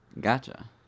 Gotcha